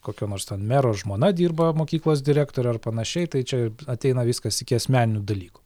kokio nors ten mero žmona dirba mokyklos direktore ar panašiai tai čia ateina viskas iki asmeninių dalykų